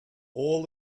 all